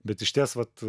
bet išties vat